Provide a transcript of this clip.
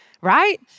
right